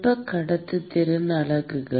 வெப்ப கடத்துத்திறன் அலகுகள்